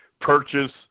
purchase